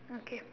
okay